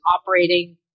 operating